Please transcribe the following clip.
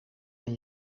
een